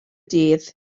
dydd